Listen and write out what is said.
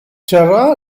terra